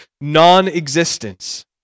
non-existence